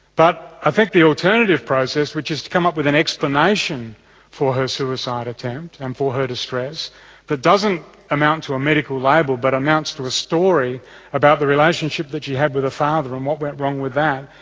but i think the alternative process which is to come up with an explanation for her suicide attempt and for her distress that doesn't amount to a medical label but amounts to a story about the relationship that she had with her father and what went wrong with that,